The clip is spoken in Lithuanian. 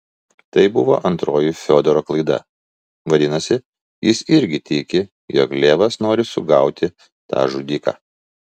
tai buvo antroji fiodoro klaida vadinasi jis irgi tiki jog levas nori sugauti tą žudiką